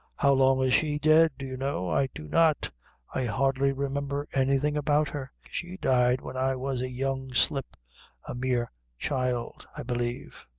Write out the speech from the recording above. how long is she dead, do you know? i do not i hardly remember anything about her. she died when i was a young slip a mere child, i believe.